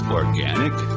organic